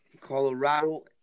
Colorado